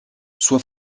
suo